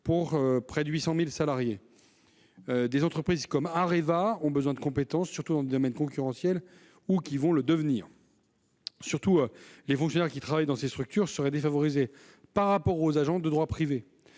près de 800 000 salariés -, comme Areva, ont besoin de compétences pointues, surtout dans des domaines concurrentiels ou qui vont le devenir. Surtout, les fonctionnaires qui travaillent dans ces structures seraient défavorisés par rapport aux agents de droit privé,